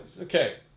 okay